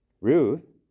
Ruth